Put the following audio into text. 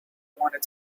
wanted